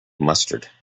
mustard